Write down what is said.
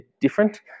different